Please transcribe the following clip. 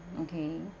okay